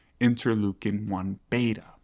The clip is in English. interleukin-1-beta